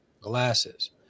glasses